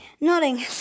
Nodding